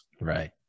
Right